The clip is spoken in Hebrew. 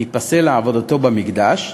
ייפסל לעבודתו במקדש.